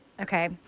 Okay